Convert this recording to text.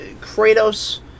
Kratos